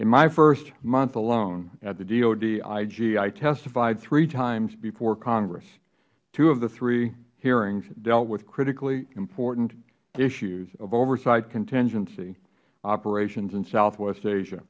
in my first month alone at the dod ig i testified three times before congress two of the three hearings dealt with critically important issues of oversight contingency operations in southwest asia